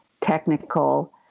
technical